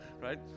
right